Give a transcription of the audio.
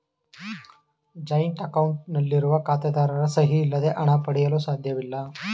joint account ನಲ್ಲಿರುವ ಖಾತೆದಾರರ ಸಹಿ ಇಲ್ಲದೆ ಹಣ ಪಡೆಯಲು ಸಾಧ್ಯವಿಲ್ಲ